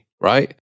right